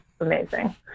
amazing